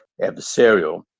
adversarial